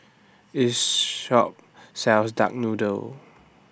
This Shop sells Duck Noodle